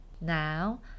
Now